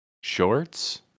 shorts